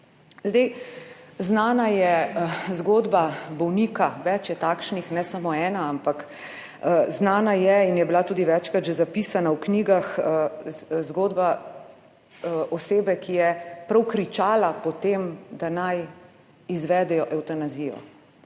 Znana je zgodba bolnika, več je takšnih, ne samo ena, ampak znana je in je bila tudi večkrat že zapisana v knjigah zgodba osebe, ki je prav kričala po tem, da naj izvedejo evtanazijo,